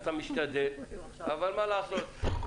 אתה משתדל, אבל מה לעשות ש...